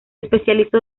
especializó